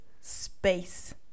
space